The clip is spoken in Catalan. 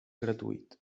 gratuït